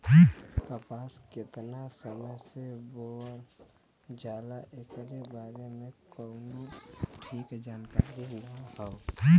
कपास केतना समय से बोअल जाला एकरे बारे में कउनो ठीक जानकारी ना हौ